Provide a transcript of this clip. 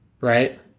Right